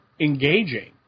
engaging